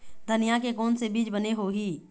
धनिया के कोन से बीज बने होही?